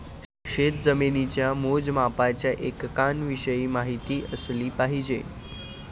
शेतजमिनीच्या मोजमापाच्या एककांविषयी माहिती असली पाहिजे